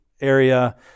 area